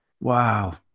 wow